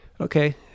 okay